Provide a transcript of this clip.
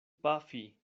pafi